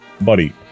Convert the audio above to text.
buddy